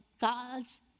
God's